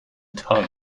tung